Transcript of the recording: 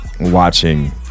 watching